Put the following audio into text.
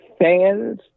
fans